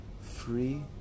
free